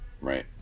Right